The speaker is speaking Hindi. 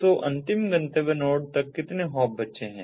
तो अंतिम गंतव्य नोड तक कितने हॉप बचे हैं